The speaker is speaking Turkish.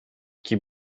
iki